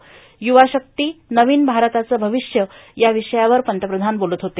युवाशक्ती नवीन भारताचं भविष्य या विषयावर पंतप्रधान बोलत होते